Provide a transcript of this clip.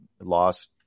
lost